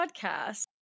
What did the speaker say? podcast